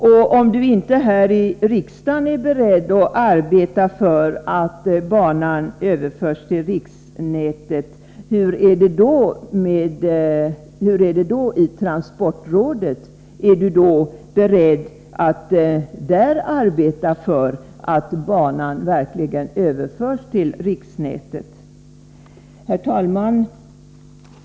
Och om du inte här i riksdagen är beredd att arbeta för att banan överförs till riksnätet, hur är det då i transportrådet — är du beredd att där arbeta för att banan överförs till riksnätet? Herr talman!